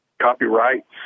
copyrights